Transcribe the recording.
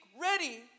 ready